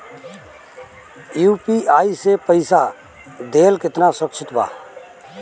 UPI से पईसा देहल केतना सुरक्षित बा?